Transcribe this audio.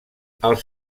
els